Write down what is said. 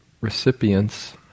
recipients